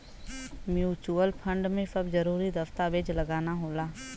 mutual fund में सब जरूरी दस्तावेज लगाना होला